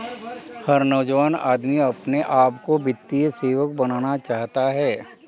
हर नौजवान आदमी अपने आप को वित्तीय सेवक बनाना चाहता है